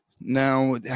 Now